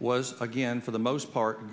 was again for the most part